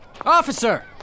Officer